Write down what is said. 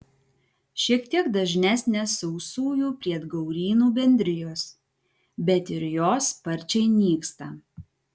šiek tiek dažnesnės sausųjų briedgaurynų bendrijos bet ir jos sparčiai nyksta